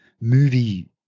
movie